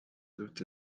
lived